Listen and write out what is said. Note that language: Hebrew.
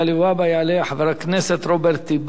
יעלה חבר הכנסת רוברט טיבייב,